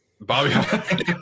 Bobby